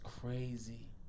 crazy